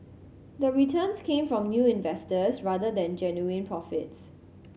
the returns came from new investors rather than genuine profits